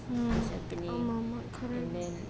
mm ah correct